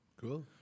Cool